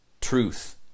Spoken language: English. truth